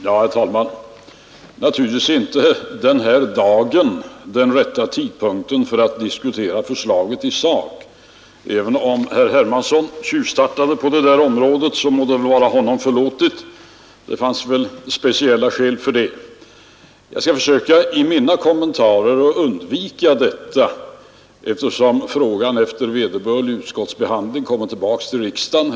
Herr talman! Naturligtvis är det inte nu den rätta tidpunkten för att diskutera förslaget i sak. Även om herr Hermansson tjuvstartade på det området må det vara honom förlåtet — det finns väl speciella skäl. Jag skall försöka att i mina kommentarer undvika detta, eftersom frågan efter vederbörlig utskottsbehandling kommer tillbaka till riksdagen.